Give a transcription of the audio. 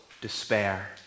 despair